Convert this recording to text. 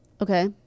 Okay